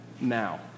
now